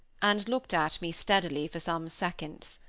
and looked at me steadily for some seconds.